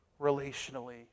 relationally